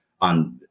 on